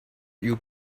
you